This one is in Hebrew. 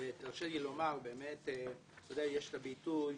יש ביטוי